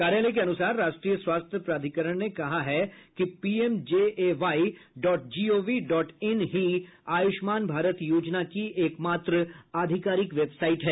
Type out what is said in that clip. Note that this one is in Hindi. कार्यालय के अनुसार राष्ट्रीय स्वास्थ्य प्राधिकरण ने कहा है कि PMJAY dot gov dot in ही आयुष्मान भारत योजना की एकमात्र आधिकारिक वेबसाइट है